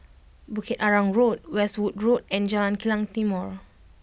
Bukit Arang Road Westwood Road and Jalan Kilang Timor